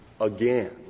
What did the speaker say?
again